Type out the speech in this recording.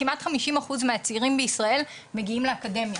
כמעט חמישים אחוז מהצעירים בישראל מגיעים לאקדמיה.